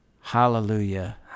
hallelujah